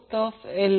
तर हे L साठी आहे